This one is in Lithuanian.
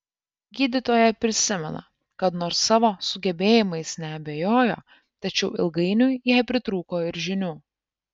gydytoja prisimena kad nors savo sugebėjimais neabejojo tačiau ilgainiui jai pritrūko ir žinių